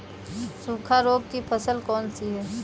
सूखा रोग की फसल कौन सी है?